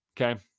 Okay